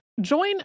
Join